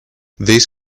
this